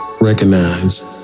recognize